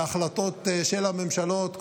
בהחלטות של הממשלות,